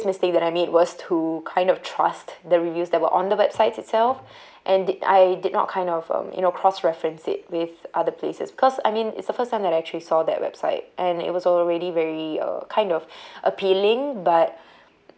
mistake that I made was to kind of trust the reviews that were on the websites itself and did I did not kind of um you know cross reference it with other places because I mean it's the first time that I actually saw that website and it was already very uh kind of appealing but